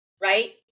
right